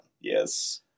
Yes